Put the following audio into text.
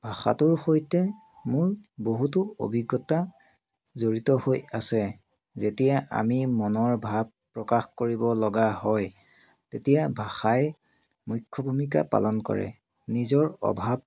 ভাষাটোৰ সৈতে মোৰ বহুতো অভিজ্ঞতা জড়িত হৈ আছে যেতিয়া আমি মনৰ ভাৱ প্ৰকাশ কৰিব লগা হয় তেতিয়া ভাষাই মুখ্য ভূমিকা পালন কৰে নিজৰ অভাৱ